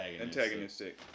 antagonistic